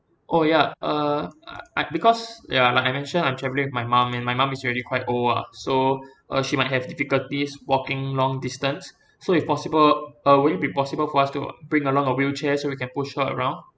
oh ya uh I I because ya like I mentioned I'm travelling with my mum and my mum is already quite old ah so uh she might have difficulties walking long distance so if possible uh would it be possible for us to bring along a wheelchair so we can push her around